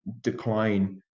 decline